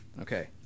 Okay